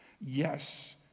Yes